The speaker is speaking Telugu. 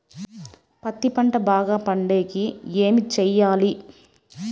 పత్తి పంట బాగా పండే కి ఏమి చెయ్యాలి?